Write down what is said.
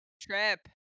trip